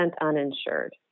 uninsured